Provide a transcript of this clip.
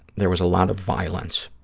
there was a lot of violence.